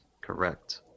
Correct